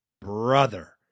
Brother